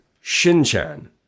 Shin-Chan